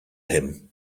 him